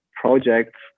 projects